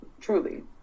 Truly